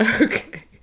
Okay